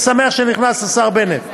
אני שמח שנכנס השר בנט.